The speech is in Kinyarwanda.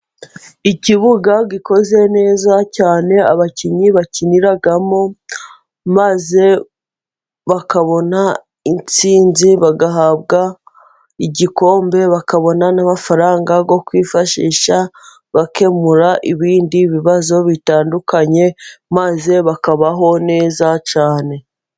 Ikibuga gikoze neza cyane abakinnyi bakiniramo, maze bakabona intsinzi bagahabwa igikombe, bakabona n'amafaranga yo kwifashisha bakemura ibindi bibazo bitandukanye, maze bakabaho neza cyane.